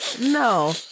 No